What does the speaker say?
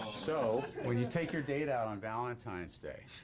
so, when you take your date out on valentine's day,